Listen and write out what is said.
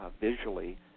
visually